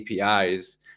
APIs